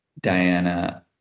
Diana